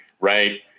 Right